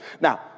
Now